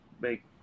make